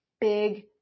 big